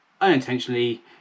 unintentionally